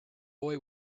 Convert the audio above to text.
boy